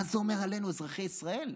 מה זה אומר עלינו, אזרחי ישראל?